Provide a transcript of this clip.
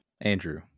Andrew